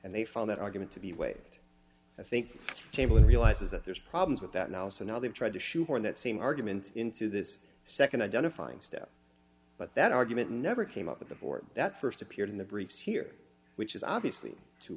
and they found that argument to be waived i think chamberlain realizes that there's problems with that now so now they've tried to shoehorn that same argument into this nd identifying step but that argument never came up with the board that st appeared in the briefs here which is obviously too